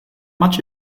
much